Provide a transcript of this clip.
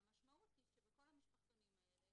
והמשמעות היא שבכל המשפחתונים האלה,